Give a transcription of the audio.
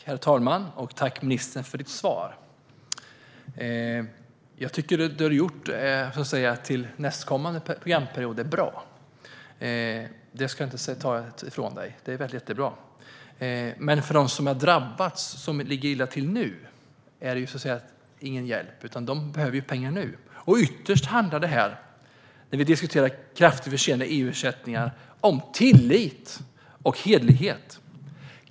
Herr talman! Tack, ministern, för ditt svar! Jag tycker att det du har gjort till nästkommande programperiod är bra - det ska jag inte ta ifrån dig. Det är jättebra. Men för dem som har drabbats och som nu ligger illa till är det inte till någon hjälp. De behöver pengar nu. När vi diskuterar kraftigt försenade EU-ersättningar handlar det ytterst om tillit och hederlighet.